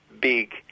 big